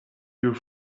your